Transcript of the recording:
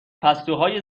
پستوهای